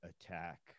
attack